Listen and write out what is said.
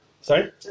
Sorry